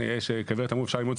לנהל משפט